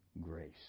grace